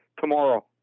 tomorrow